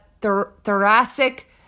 thoracic